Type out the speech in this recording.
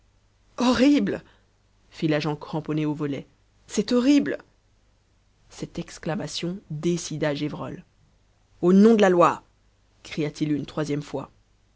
horrible fit l'agent cramponné au volet c'est horrible cette exclamation décida gévrol au nom de la loi cria-t-il une troisième fois